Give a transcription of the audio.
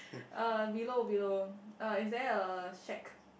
uh below below uh is there a shack